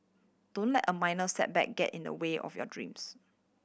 don't a minor setback get in the way of your dreams